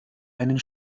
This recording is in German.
einen